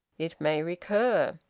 it may recur.